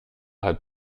hat